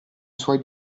suoi